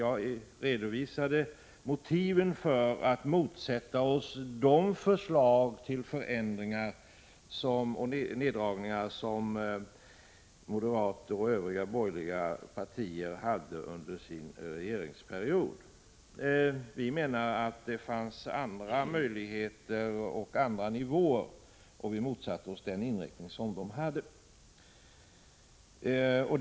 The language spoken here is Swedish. Jag redovisade motiven för att motsätta oss de förslag till förändringar och neddragningar som moderaterna och övriga borgerliga partier hade under sin regeringsperiod. Vi menar att det fanns andra möjligheter och andra nivåer och motsatte oss den inriktning som de borgerliga hade.